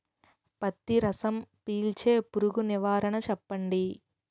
పత్తి రసం పీల్చే పురుగు నివారణ చెప్పండి?